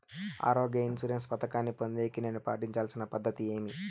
ఆరోగ్య ఇన్సూరెన్సు పథకాన్ని పొందేకి నేను పాటించాల్సిన పద్ధతి ఏమి?